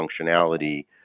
functionality